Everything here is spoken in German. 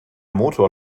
motor